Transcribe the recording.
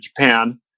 Japan